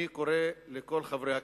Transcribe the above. אני קורא לכל חברי הכנסת,